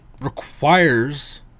requires